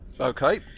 Okay